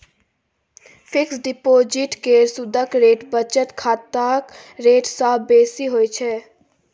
fix deposit केर सुदक rate बचत खाताक रेट सँ बेसी होइ छै